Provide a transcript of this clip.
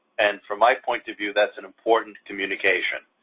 and from my point of view, that's an important communication.